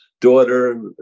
daughter